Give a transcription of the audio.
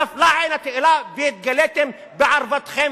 נפל עלה התאנה והתגליתם בערוותכם,